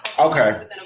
okay